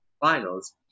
finals